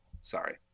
Sorry